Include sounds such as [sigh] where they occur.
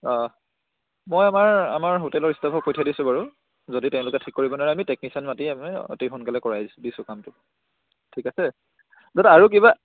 অঁ মই আমাৰ আমাৰ হোটেলৰ ষ্টাফক পঠিয়াই দিছো বাৰু যদি তেওঁলোকে ঠিক কৰিব নোৱাৰে আমি টেকনিচিয়ান মাতি আমি অতি সোনকালে কৰাইছো দিছোঁ [unintelligible] আৰু কিবা